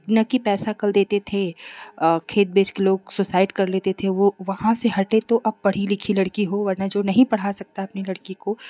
न कि पैसा कल देते थे आ खेत बेच के लोग सुसाइड कर लेते थे वह वहाँ से हटे तो अब पढ़ी लिखी लड़की हो वर्ना जो नहीं पढ़ा सकता अपनी लड़की को